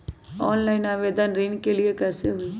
Online आवेदन ऋन के लिए कैसे हुई?